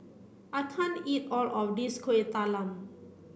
I can't eat all of this Kuih Talam